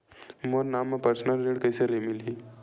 मोर नाम म परसनल ऋण कइसे मिलही?